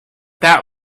that